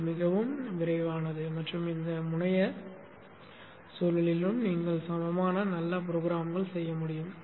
இது மிக விரைவானது மற்றும் இந்த முனைய சூழலிலும் நீங்கள் சமமான நல்ல ப்ரோக்ராம்கள் செய்ய முடியும்